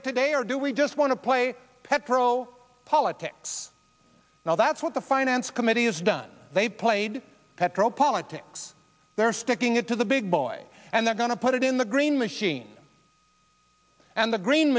it today or do we just want to play petro politics now that's what the finance committee has done they've played petro politics they're sticking it to the big boys and they're going to put it in the green machine and the green